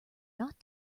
not